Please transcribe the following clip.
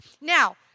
Now